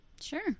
Sure